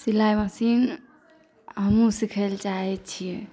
सिलाइ मशीन हमहुँ सीखै लए चाहै छियै